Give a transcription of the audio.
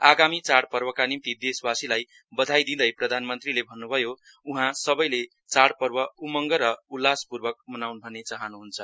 आगामी चाइपर्वका निम्ति देशवासीलाई वधाई दिँदै प्रधानमन्त्रीले भन्नुभयो वहाँ सबैले चाइपर्व उमङग र उल्लासपूर्वक मनाउन भन्ने चाहनुहुन्छ